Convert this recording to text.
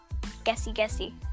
guessy-guessy